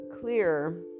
clear